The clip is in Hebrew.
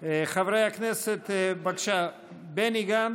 חברי הכנסת, בבקשה, בני גנץ,